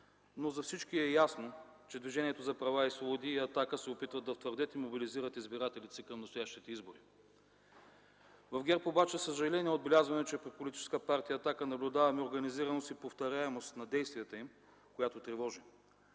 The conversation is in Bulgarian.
но за всички е ясно, че Движението за права и свободи и „Атака” се опитват да втвърдят и мобилизират избирателите си към настоящите избори. В ГЕРБ обаче със съжаление отбелязваме, че при Политическа партия „Атака” наблюдаваме организираност и повторяемост на действията им, която тревожи.